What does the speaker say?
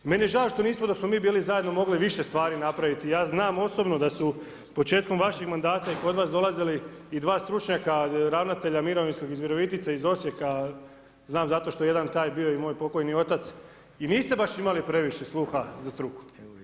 Meni je žao što nismo, dok smo mi bili zajedno, mogli više stvari napraviti, ja znam osobno da su početkom vašeg mandata i kod vas dolazili i dva stručnjaka, ravnatelja mirovinskog iz Virovitice, iz Osijeka, znam zato što jedan taj bio i moj pokojni otac, i niste baš imali previše sluha za struku.